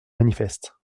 manifeste